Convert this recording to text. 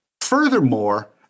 Furthermore